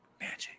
magic